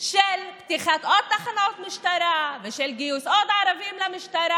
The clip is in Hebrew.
של פתיחת עוד תחנות משטרה ושל גיוס עוד ערבים למשטרה.